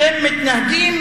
אתם מתנהגים